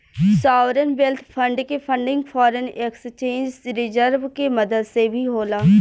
sovereign wealth fund के funding foreign exchange reserves के मदद से भी होला